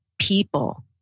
people